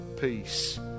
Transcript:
peace